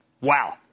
wow